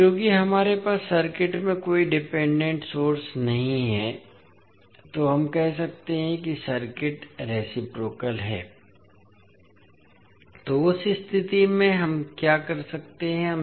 अब चूंकि हमारे पास सर्किट में कोई डिपेंडेंट सोर्स नहीं है इसलिए हम कह सकते हैं कि सर्किट रेसिप्रोकल है तो उस स्थिति में हम क्या कर सकते हैं